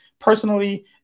Personally